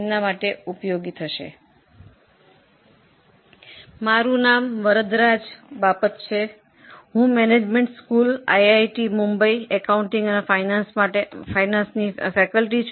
હું એકાઉન્ટિંગ અને ફાઇનાન્સ માટે મેનેજમેન્ટ સ્કૂલ આઈઆઈટી મુંબઈમાં ફેકલ્ટી છું